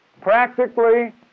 Practically